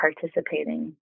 participating